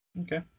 Okay